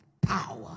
power